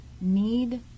need